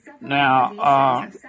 Now